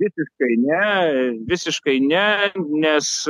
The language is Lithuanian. visiškai ne visiškai ne nes